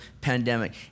pandemic